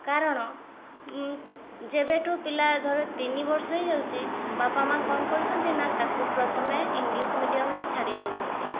କାରଣ ଯେବେଠୁ ପିଲା ଧର ତିନିବର୍ଷ ହେଇଯାଉଛି ବାପା ମାଆ କ'ଣ କରୁଛନ୍ତି ନା ତା'କୁ ପ୍ରଥମେ ଇଂଗ୍ଲିଶ୍ ମିଡ଼ିଅମ୍ରେ ଛାଡ଼ି ଦେଉଛନ୍ତି